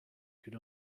could